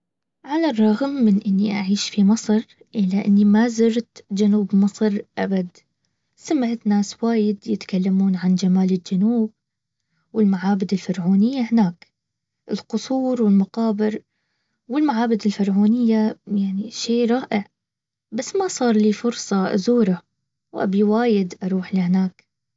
على الرغم من اني اعيش في مصر الا اني ما زرت جنوب مصر ابد. سمعت ناس وايد يتكلمون عن جمال الجنوب والمعابد الفرعونية هناك. القصور والمقابر والمعابد الفرعونية يعني شي رائع. بس ما صار لي فرصه ازوره. وابي وايد اروح لهناك